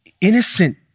innocent